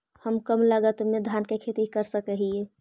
हम कम लागत में धान के खेती कर सकहिय?